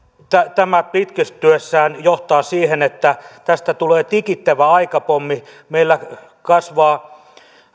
tämä pitkittyessään johtaa siihen että tästä tulee tikittävä aikapommi meillä kasvaa